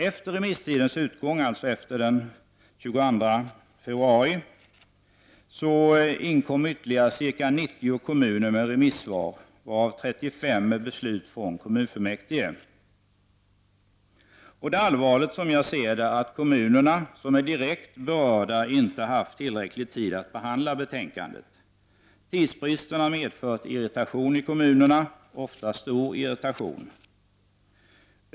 Efter remisstidens utgång, dvs. efter den 22 februari, inkom ytterligare ca 90 kommuner med remissvar, varav 35 med beslut från kommunfullmäktige. Det är allvarligt att kommunerna som är direkt berörda inte har haft tillräcklig tid att behandla betänkandet. Tidsbristen har medfört irritation i kommunerna — ofta stor irritation.